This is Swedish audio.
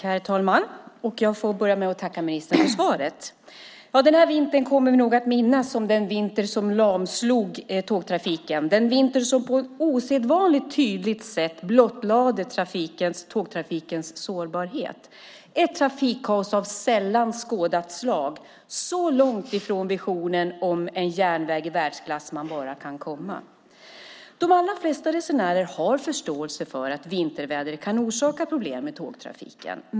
Herr talman! Jag får börja med att tacka ministern för svaret. Den här vintern kommer vi nog att minnas som den vinter som lamslog tågtrafiken, den vinter som på ett osedvanligt tydligt sätt blottlade tågtrafikens sårbarhet - ett trafikkaos av sällan skådat slag, så långt ifrån visionen om en järnväg i världsklass som man bara kan komma. De allra flesta resenärer har förståelse för att vinterväder kan orsaka problem i tågtrafiken.